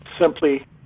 Simply